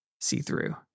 see-through